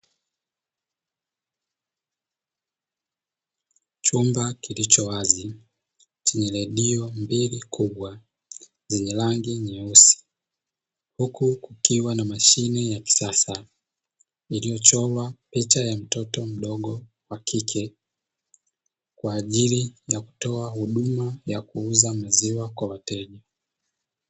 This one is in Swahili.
Chumba kilicho wazi chenye redio mbili kubwa zenye rangi nyeusi, huku kukiwa na mashine ya kisasa iliyochorwa picha ya mtoto mdogo wa kike, kwa ajili ya kutoa huduma ya kuuza maziwa kwa wateja.